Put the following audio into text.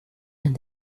and